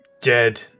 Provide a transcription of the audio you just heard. dead